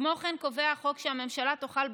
כמו כן קובע החוק שהממשלה תוכל,